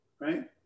right